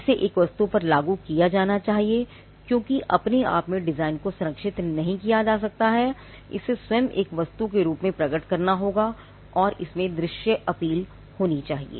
इसे एक वस्तु पर लागू किया जाना चाहिए क्योंकि अपने आप में डिज़ाइन को संरक्षित नहीं किया जा सकता है इसे स्वयं एक वस्तु में प्रकट करना होगा और इसमें दृश्य अपील होनी चाहिए